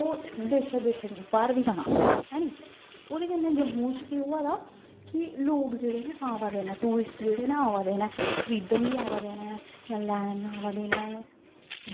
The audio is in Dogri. ओह् देशै देशै बाह्र बी जाना है नी ओह्दे कन्नै जम्मू च केह् होआ दा कि लोग जेह्ड़े न आवा दे न टूरिस्ट जेह्ड़े न आवा दे न खरीदन बी आवा दे न जां लैन आवा दे न